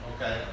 Okay